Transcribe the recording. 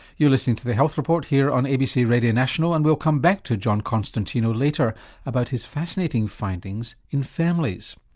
you're listening to the health report here on abc radio national and we'll come back to john constantino later about his fascinating findings in families.